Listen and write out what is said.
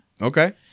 okay